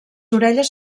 orelles